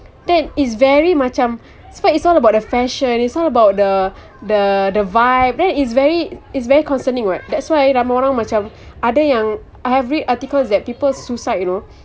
that is very macam sebab it's all about the fashion it's all about the the the vibe that is very is very concerning [what] that's why ramai orang macam ada yang every article is that people suicide you know